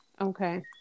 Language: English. Okay